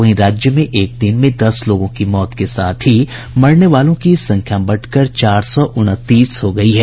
वहीं राज्य में एक दिन में दस लोगों की मौत के साथ ही मरने वालों की संख्या बढ़कर चार सौ उनतीस हो गयी है